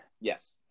Yes